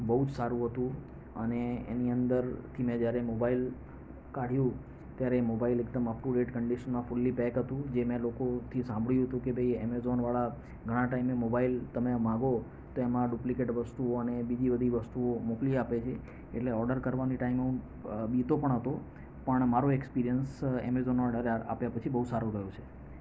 બહુ જ સારું હતું અને એની અંદરથી મેં જ્યારે મોબાઈલ કાઢ્યું ત્યારે મોબાઈલ એકદમ અપ ટુ ડેટ કંડિશનમાં ફૂલ્લી પેક હતું જે મેં લોકોથી સાંભળ્યું હતું કે ભાઈ એમેઝોનવાળા ઘણા ટાઇમે મોબાઈલ તમે માંગો તો એમાં ડુબ્લિકેટ વસ્તુઓ અને બીજી બધું વસ્તુઓ મોકલી આપે છે એટલે ઓર્ડર કરવાને ટાઇમે હું બ બીતો પણ હતો પણ મારો એક્સપિરિયન્સ એમેઝોન ઓર્ડર આપ્યા પછી બહુ સારો રહ્યો છે